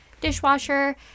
dishwasher